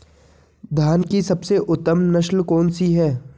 धान की सबसे उत्तम नस्ल कौन सी है?